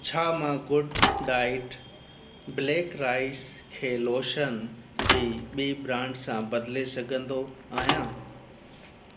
छा मां good diet black rice खे लोशन जी ॿी ब्रांड सां बदिले सघंदो आहियां